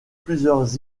plusieurs